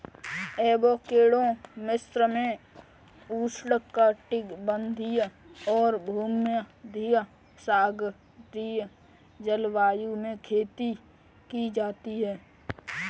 avocado विश्व में उष्णकटिबंधीय और भूमध्यसागरीय जलवायु में खेती की जाती है